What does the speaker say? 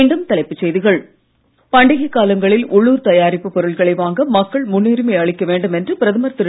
மீண்டும் தலைப்புச் செய்திகள் பண்டிகைக் காலங்களில் உள்ளூர் தயாரிப்புப் பொருட்களை வாங்க மக்கள் முன்னுரிமை அளிக்க வேண்டுமென்று பிரதமர் திரு